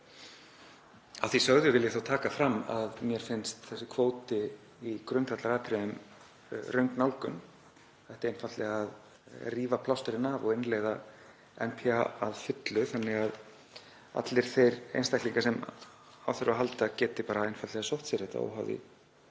Að því sögðu vil ég þó taka fram að mér finnst þessi kvóti í grundvallaratriðum röng nálgun. Einfaldlega ætti að rífa plásturinn af og innleiða NPA að fullu þannig að allir þeir einstaklingar sem á þurfa að halda geti einfaldlega sótt sér þetta, óháð